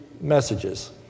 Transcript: messages